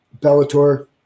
Bellator